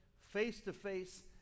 face-to-face